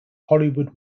hollywood